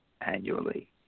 annually